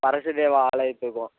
அரசு தேவா ஆலயத்துக்கும்